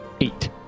Eight